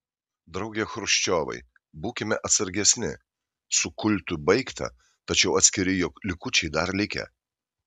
drauge chruščiovai būkime atsargesni su kultu baigta tačiau atskiri jo likučiai dar likę